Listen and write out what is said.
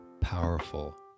powerful